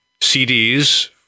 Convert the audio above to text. CDs